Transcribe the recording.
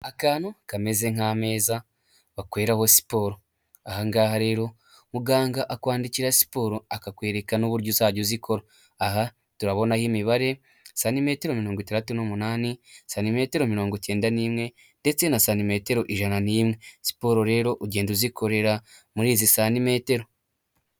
Akantu kameze nk'ameza bakoreraho siporo ahanga ngaha rero muganga akwandikira siporo akakwereka n'uburyo uzajya uzikora, aha turabonaho imibare: santimetero mirongo itandatu n'umunani, santimetero mirongo icyenda n'imwe ndetse na santimetero ijana n'imwe, siporo rero ugenda uzikorera muri izi santimetero.